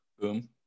boom